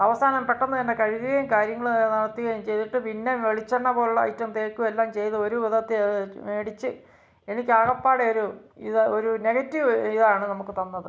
അവസാനം പെട്ടെന്ന് തന്നെ കഴുകുകയും കാര്യങ്ങൾ നടത്തുകയും ചെയ്തിട്ട് പിന്നെ വെളിച്ചെണ്ണ പോലുള്ള ഐറ്റം തേക്കും എല്ലാം ചെയ്ത് ഒരു വിധത്തില് അത് മേടിച്ച് എനിക്കാകെപ്പാടെ ഒരു ഇത് ഒരു നെഗറ്റീവ് ഇതാണ് നമുക്ക് തന്നത്